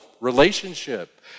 relationship